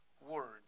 word